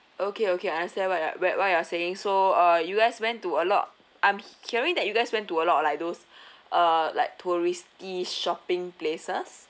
okay okay I understand what you are what what you are saying so uh you guys went to a lot I'm he~ hearing that you guys went to a lot of like those uh like touristy shopping places